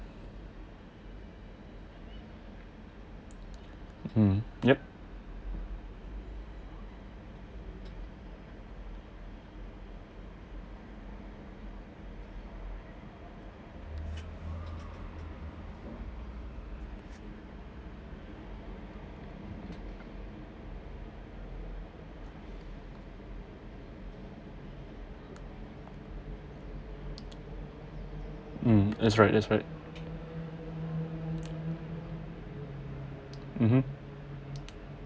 mm yup mm that's that's right mmhmm